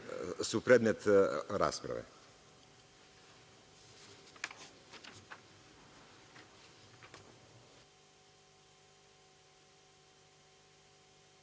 su predmet rasprave.